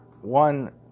one